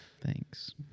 Thanks